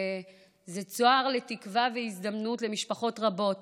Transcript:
וזה צוהר לתקווה והזדמנות למשפחות רבות